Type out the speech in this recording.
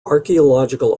archaeological